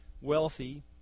wealthy